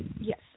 Yes